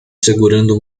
segurando